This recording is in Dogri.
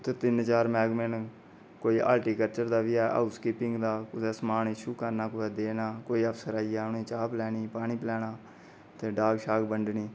ते तिन चार मैह्कमें न कोई हार्टिक्लचर दा बी ऐ हाऊस कीपिंग दा बी ऐ कुसैं समान इशु करना होऐ देना होए कोई अफसर आईया उ'नें गी पानी पिलाना चा पिलाना ते डाक शाक बंडने